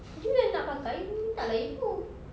you yang nak pakai you minta lah ibu